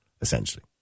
essentially